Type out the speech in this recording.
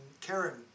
Karen